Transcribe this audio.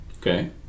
Okay